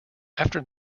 after